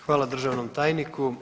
Hvala državnom tajniku.